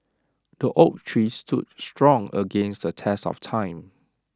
the oak tree stood strong against the test of time